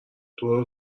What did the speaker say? دور